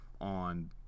on